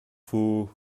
faux